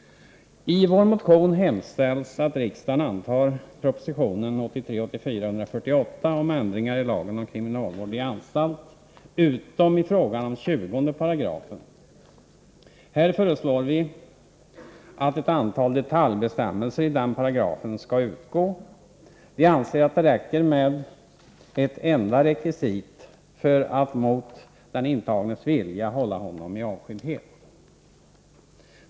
I vår motion hemställs att riksdagen antar propositionen 1983/84:148 om ändringar i lagen om kriminalvård i anstalt utom i fråga om 20 §. Vi föreslår att ett antal detaljbestämmelser i denna paragraf skall utgå. Vi anser att det räcker med ett enda rekvisit för att mot den intagnes vilja hålla honom i avskildhet.